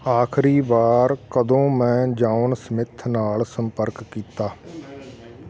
ਆਖਰੀ ਵਾਰ ਕਦੋਂ ਮੈਂ ਜੌਨ ਸਮਿਥ ਨਾਲ ਸੰਪਰਕ ਕੀਤਾ